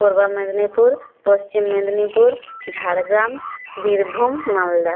Purba Medinipur Paschim Medinipur Jhargram Birbhum Malda